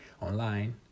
online